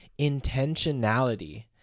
intentionality